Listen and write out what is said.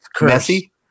messy